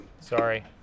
Sorry